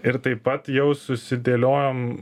ir taip pat jau susidėliojom